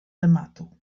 tematu